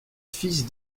fils